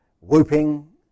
whooping